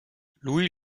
louis